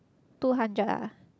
two hundred ah